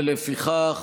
לפיכך,